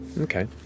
Okay